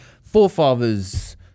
forefathers